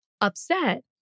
upset